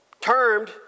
termed